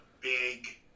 big